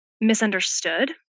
misunderstood